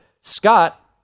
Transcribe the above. Scott